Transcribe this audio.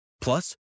Plus